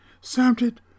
sounded